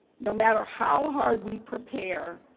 no matter how hard we prepare,